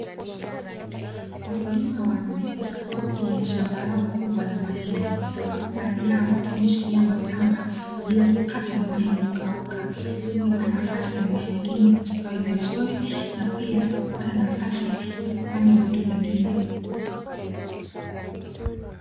Wakulima wanne, wapo kwenye shamba lao kubwa la mahindi, huku baadhi yao wakiwa wameshikilia mapanga kwa ajili ya kukata mimea iliyokauka, ili kuipa nafasi mimea mingine kustawi vizuri na pia kupata nafasi ya kupanda vitu vingine.